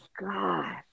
God